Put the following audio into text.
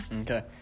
okay